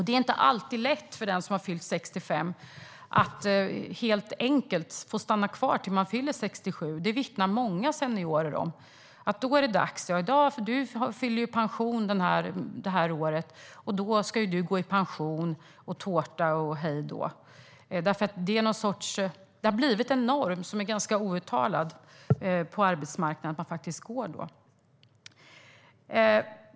Det är inte alltid lätt för dem som har fyllt 65 att få stanna kvar tills de fyller 67; det vittnar många seniorer om. Då är det dags. Du fyller ju pension det här året, och då ska du gå i pension. Det är tårta och hej då. Det har blivit en norm, som är ganska outtalad, på arbetsmarknaden att man faktiskt går då.